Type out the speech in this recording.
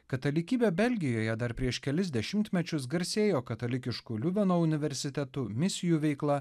katalikybė belgijoje dar prieš kelis dešimtmečius garsėjo katalikiškų liuveno universitetu misijų veikla